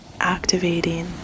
activating